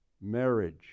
Marriage